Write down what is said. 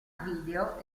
video